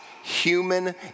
human